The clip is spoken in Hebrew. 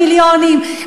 המיליונים,